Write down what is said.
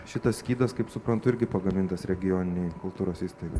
šitas skydas kaip suprantu irgi pagamintas regioninėj kultūros įstaigoj